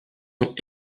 ont